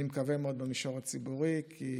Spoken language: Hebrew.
אני מקווה מאוד שבמישור הציבורי, כי